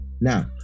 Now